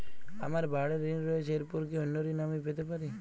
আমার বাড়ীর ঋণ রয়েছে এরপর কি অন্য ঋণ আমি পেতে পারি?